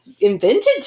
invented